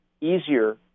easier